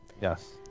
Yes